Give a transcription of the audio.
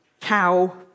cow